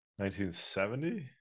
1970